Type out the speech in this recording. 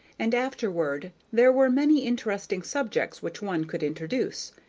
and afterward there were many interesting subjects which one could introduce,